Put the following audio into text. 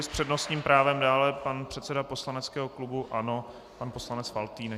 S přednostním právem dále pan předseda poslaneckého klubu ANO pan poslanec Faltýnek.